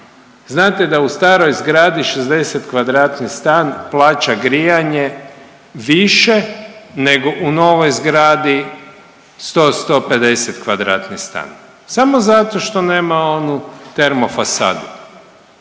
Znate da u staroj zgradi 60 kvadratni stan plaća grijanje više nego u novoj zgradi 100, 150 kvadratni stan samo zato što nema onu termo fasadu.